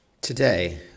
Today